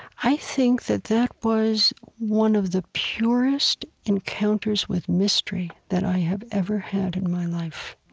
i think that that was one of the purest encounters with mystery that i have ever had in my life.